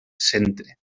centre